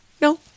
no